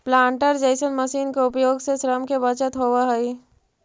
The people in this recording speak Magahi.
प्लांटर जईसन मशीन के उपयोग से श्रम के बचत होवऽ हई